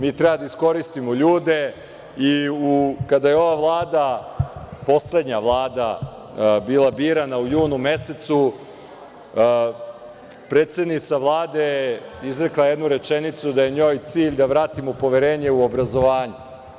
Mi treba da iskoristimo ljude, i kada je ova Vlada, poslednja Vlada bila birana u junu mesecu, predsednica Vlade izrekla je jednu rečenicu da je njoj cilj da vratimo poverenje u obrazovanje.